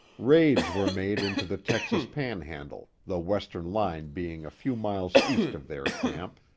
raids were made into the texas panhandle, the western line being a few miles east of their camp,